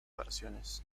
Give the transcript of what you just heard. versiones